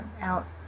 out